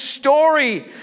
story